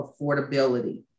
affordability